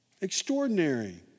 Extraordinary